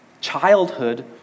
childhood